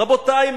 רבותי,